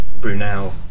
Brunel